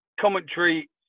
commentary